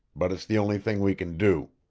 but it's the only thing we can do.